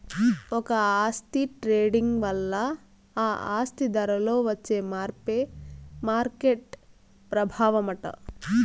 ఒక ఆస్తి ట్రేడింగ్ వల్ల ఆ ఆస్తి ధరలో వచ్చే మార్పే మార్కెట్ ప్రభావమట